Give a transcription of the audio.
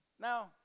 Now